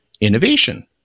Innovation